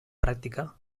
pràctica